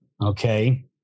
Okay